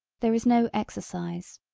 there is no exercise.